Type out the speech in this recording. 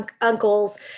uncles